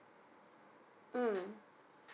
mm